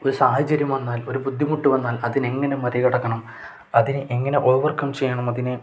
ഒരു സാഹചര്യം വന്നാൽ ഒരു ബുദ്ധിമുട്ട് വന്നാൽ അതിനെ എങ്ങനെ മറികടക്കണം അതിനെ എങ്ങനെ ഓവർകം ചെയ്യണം അതിനെ